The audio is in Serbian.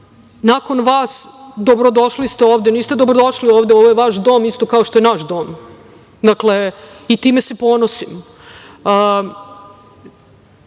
nakon vas. Dobrodošli ste ovde, niste dobrodošli ovde, ovo je vaš dom isto kao što je naš dom, dakle, i time se ponosim. Ako